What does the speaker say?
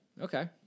Okay